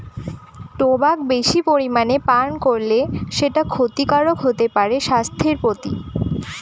tobacco বেশি পরিমানে পান করলে সেটা ক্ষতিকারক হতে পারে স্বাস্থ্যের প্রতি